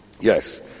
Yes